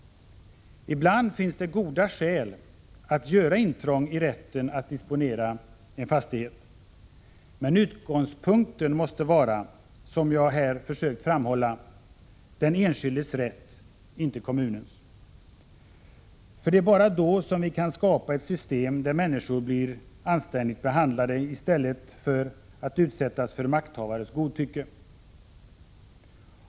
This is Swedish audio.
Ibland finns det goda skäl att göra intrång i rätten att disponera fastighet. Men utgångspunkten måste vara — som jag här har försökt framhålla — den enskildes rätt, inte kommunens. För det är bara då som vi kan skapa ett system där människor blir anständigt behandlade i stället för att utsättas för makthavares godtycke.